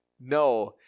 No